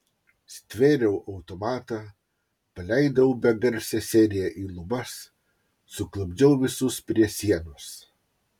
stvėriau automatą paleidau begarsę seriją į lubas suklupdžiau visus prie sienos